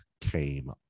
came